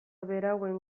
berauen